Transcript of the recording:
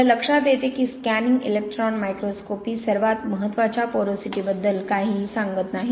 आपल्या लक्षात येते की स्कॅनिंग इलेक्ट्रॉन मायक्रोस्कोपी सर्वात महत्वाच्या पोरोसिटी बद्दल काहीही सांगत नाही